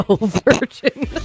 Virgin